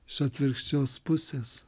su atvirkščios pusės